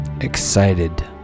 excited